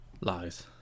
Lies